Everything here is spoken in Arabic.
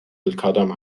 القدم